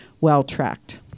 well-tracked